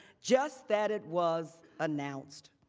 just that it was announced.